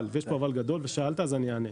אבל ויש פה "אבל" גדול ושאלת אז אני אענה: